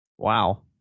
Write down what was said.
Wow